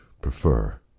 prefer